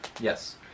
Yes